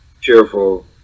cheerful